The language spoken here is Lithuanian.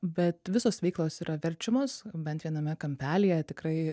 bet visos veiklos yra verčiamos bent viename kampelyje tikrai